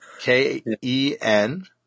K-E-N